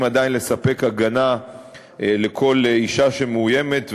עדיין לספק הגנה לכל אישה שמאוימת,